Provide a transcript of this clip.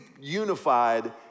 unified